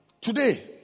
Today